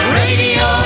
radio